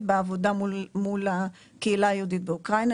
בעבודה מול הקהילה היהודית באוקראינה,